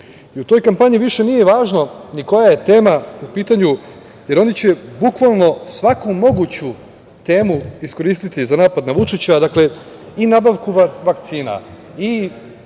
U toj kampanji više nije važno ni koja je tema u pitanju, jer oni će bukvalno svaku moguću temu iskoristiti za napad na Vučića, dakle i nabavku vakcina i